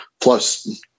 Plus